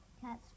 cat's